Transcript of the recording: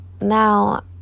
now